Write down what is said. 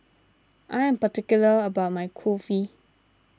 I am particular about my Kulfi